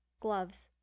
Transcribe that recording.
Gloves